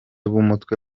b’umutwe